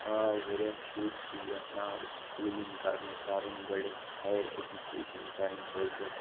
آ واریاہ شُرۍ چھِ یَژھان سکوٗلِنٛگ کَرُن پَرُن گۄڈٕنیٚتھ ہایَر ایٚجوکیشَن کَرٕنۍ حٲصِل